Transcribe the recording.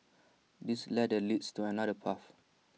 this ladder leads to another path